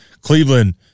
Cleveland